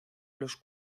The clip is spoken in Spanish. los